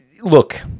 Look